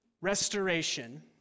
restoration